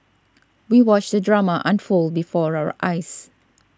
we watched the drama unfold before our eyes